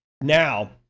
now